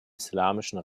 islamischen